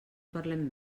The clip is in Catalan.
parlem